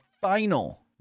final